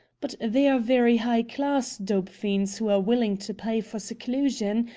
but they are very high-class dope fiends, who are willing to pay for seclusion,